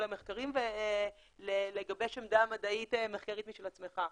המחקרים ולגבש עמדה מדעית מחקרית משל עצמך.